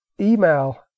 email